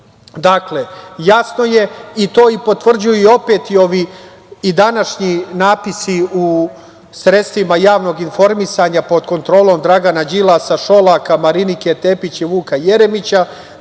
Srbije. Dakle, jasno je i to i potvrđuju opet i ovi današnji natpisi, u sredstvima javnog informisanja, pod kontrolom Dragana Đilasa, Šolaka, Marinike Tepić, Vuka Jeremića,